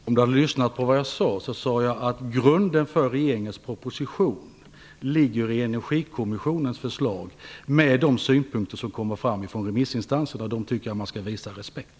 Fru talman! Om Mikael Odenberg hade lyssnat hade han hört att jag sade att grunden för regeringens proposition ligger i Energikommissionens förslag med de synpunkter som kommer fram från remissinstanserna. Dem tycker jag att man skall visa respekt.